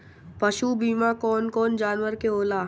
पशु बीमा कौन कौन जानवर के होला?